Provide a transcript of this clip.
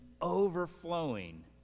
overflowing